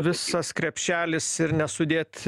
visas krepšelis ir nesudėt